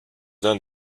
then